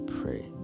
pray